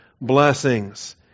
blessings